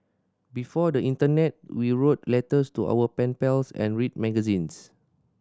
before the internet we wrote letters to our pen pals and read magazines